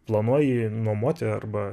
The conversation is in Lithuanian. planuoji nuomoti arba